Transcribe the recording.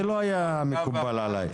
זה לא היה מקובל עליי.